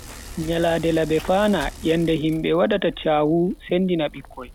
Nyalande la befana, yende himbe waddata chahu sendina bikkoi.